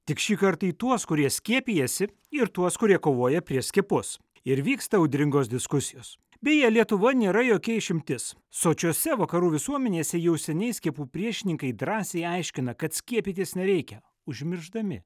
tik šįkart į tuos kurie skiepijasi ir tuos kurie kovoje prieš skiepus ir vyksta audringos diskusijos beje lietuva nėra jokia išimtis sočiose vakarų visuomenėse jau seniai skiepų priešininkai drąsiai aiškina kad skiepytis nereikia užmiršdami